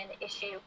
issue